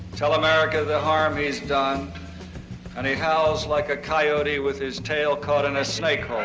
tell america the harm he's done and he howls like a coyote with his tail caught in a snake hole!